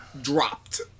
Dropped